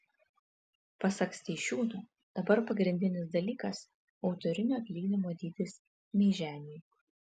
pasak steišiūno dabar pagrindinis dalykas autorinio atlyginimo dydis meiženiui